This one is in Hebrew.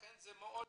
לכן זה מאוד